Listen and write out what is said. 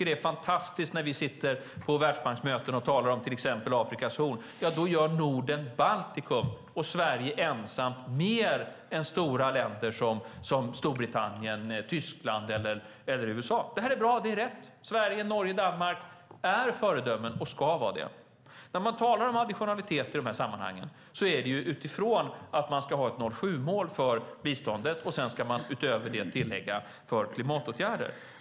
Det är fantastiskt att när vi sitter på världsbanksmötena och talar om till exempel Afrikas horn då gör Norden och Baltikum och Sverige ensamt mer än stora länder som Storbritannien, Tyskland och USA. Det är bra och rätt. Sverige, Norge och Danmark är föredömen och ska vara det. När man talar om additionalitet i dessa sammanhang är det utifrån att man ska ha ett 0,7-procentsmål för biståndet och utöver det ett tillägg för klimatåtgärder.